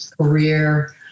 career